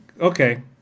Okay